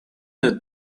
that